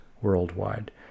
worldwide